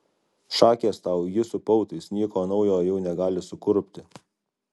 šakės tau ji su pautais nieko naujo jau negali sukurpti